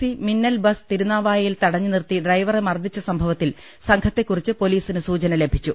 C Minnal bus തിരുനാവായയിൽ തട ഞ്ഞുനിർത്തി ഡ്രൈവറെ മർദ്ദിച്ച സംഭവത്തിൽ സംഘത്തെ ക്കുറിച്ച് പൊലീസിന് സൂചന ലഭിച്ചു